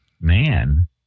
man